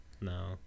No